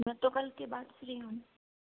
मैं तो कल के बाद फ्री हूँ